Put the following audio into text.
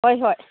ꯍꯣꯏ ꯍꯣꯏ